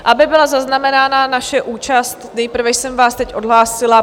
Aby byla zaznamenána naše účast, nejprve jsem vás teď odhlásila.